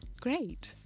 Great